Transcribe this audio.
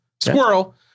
Squirrel